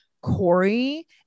Corey